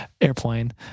airplane